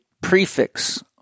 prefix